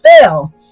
fail